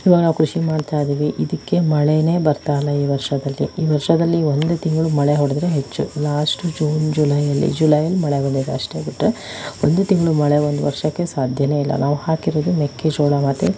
ಈಗ ನಾವು ಕೃಷಿ ಮಾಡ್ತಾಯಿದ್ದೀವಿ ಇದಕ್ಕೆ ಮಳೆನೇ ಬರ್ತಾಯಿಲ್ಲ ಈ ವರ್ಷದಲ್ಲಿ ಈ ವರ್ಷದಲ್ಲಿ ಒಂದು ತಿಂಗಳು ಮಳೆ ಹೊಡೆದ್ರೆ ಹೆಚ್ಚು ಲಾಸ್ಟ್ ಜೂನ್ ಜುಲೈಯಲ್ಲಿ ಜುಲೈಯಲ್ಲಿ ಮಳೆ ಬಂದಿದೆ ಅಷ್ಟೇ ಬಿಟ್ರೆ ಒಂದು ತಿಂಗಳ ಮಳೆ ಒಂದು ವರ್ಷಕ್ಕೆ ಸಾಧ್ಯನೇ ಇಲ್ಲ ನಾವು ಹಾಕಿರೋದು ಮೆಕ್ಕೆ ಜೋಳ ಮತ್ತೆ